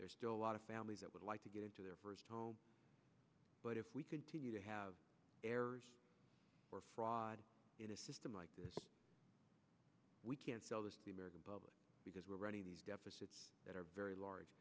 there's still a lot of families that would like to get into their first home but if we continue to have errors or fraud in a system like this we can sell this to the american public because we're running these deficits that are very large